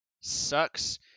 sucks